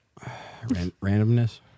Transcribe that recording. Randomness